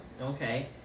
Okay